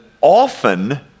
often